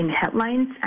headlines